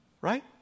Right